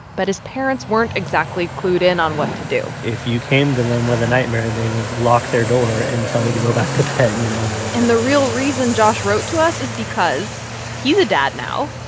but his parents weren't exactly clued in on what to do if you came to them with a nightmare, and they would lock their door and tell you to go back to bed, you know? and the real reason josh wrote to us is because he's a dad now.